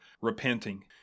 repenting